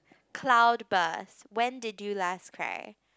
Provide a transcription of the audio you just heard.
cloudburst when did you last cry